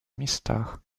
местах